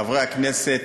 חברי הכנסת,